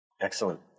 Excellent